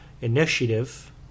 initiative